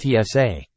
TSA